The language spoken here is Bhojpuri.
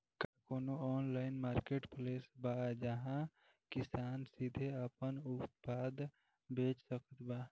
का कउनों ऑनलाइन मार्केटप्लेस बा जहां किसान सीधे आपन उत्पाद बेच सकत बा?